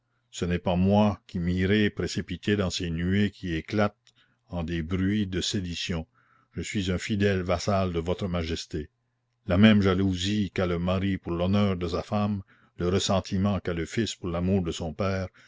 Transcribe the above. ce n'est pas moi qui m'irai précipiter dans ces nuées qui éclatent en des bruits de séditions je suis un fidèle vassal de votre majesté la même jalousie qu'a le mari pour l'honneur de sa femme le ressentiment qu'a le fils pour l'amour de son père